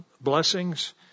blessings